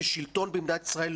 כשלטון במדינת ישראל,